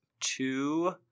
two